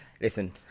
listen